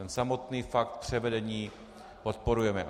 Ten samotný fakt převedení podporujeme.